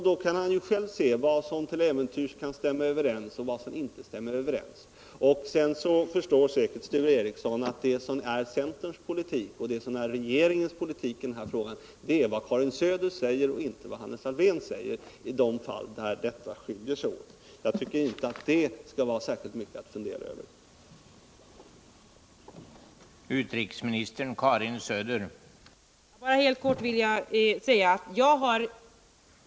Då kan han själv se vad som till äventyrs kan stämma överens och vad som inte stämmer överens.